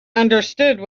understood